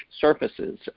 surfaces